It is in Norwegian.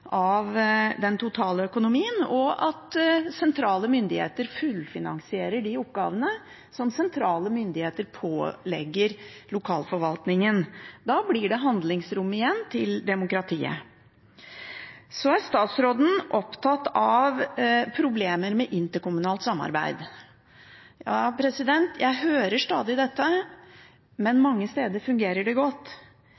av den totale økonomien, og at sentrale myndigheter fullfinansierer de oppgavene som sentrale myndigheter pålegger lokalforvaltningen. Da blir det handlingsrom igjen til demokratiet. Så er statsråden opptatt av problemer med interkommunalt samarbeid. Ja, jeg hører stadig dette, men mange steder fungerer det godt.